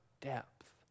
depth